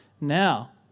Now